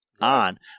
on